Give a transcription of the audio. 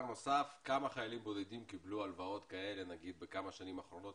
כמה חיילים בודדים קיבלו הלוואות כאלה בכמה השנים האחרונות?